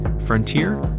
Frontier